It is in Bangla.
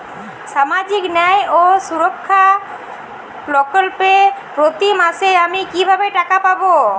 সামাজিক ন্যায় ও সুরক্ষা প্রকল্পে প্রতি মাসে আমি কিভাবে টাকা পাবো?